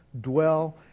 dwell